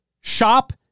shop